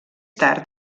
tard